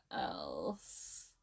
else